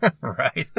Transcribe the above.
Right